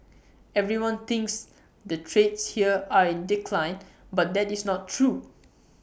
everyone thinks the trades here are in decline but that is not true